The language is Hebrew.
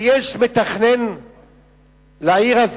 ויש מתכנן לעיר,